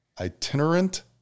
itinerant